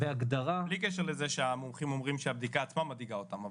בלי קשר לזה שהמומחים אומרים שהבדיקה עצמה מדאיגה אותם.